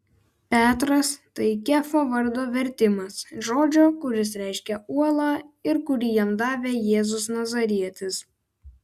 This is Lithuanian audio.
petras tai kefo vardo vertimas žodžio kuris reiškia uolą ir kurį jam davė jėzus nazarietis